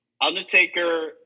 Undertaker